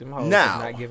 Now